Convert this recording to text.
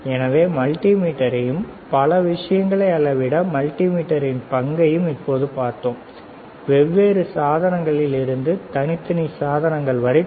எனவே மல்டிமீட்டரையும் பல விஷயங்களை அளவிட மல்டிமீட்டரின் பங்கையும் இப்பொழுது பார்த்தோம் வெவ்வேறு சாதனங்களிலிருந்து தனித்தனி சாதனங்கள் வரை சரி